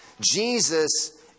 Jesus